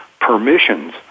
permissions